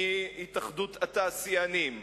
מהתאחדות התעשיינים,